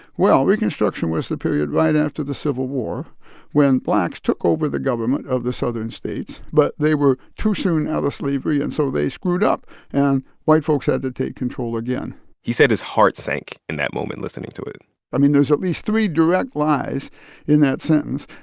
well, reconstruction was the period right after the civil war when blacks took over the government of the southern states but they were too soon out of slavery, and so they screwed up and white folks had to take control again he said his heart sank in that moment, listening to it i mean, there's at least three direct lies in that sentence.